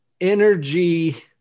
energy